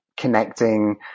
Connecting